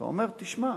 אתה אומר, תשמע,